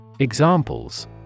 Examples